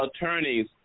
attorneys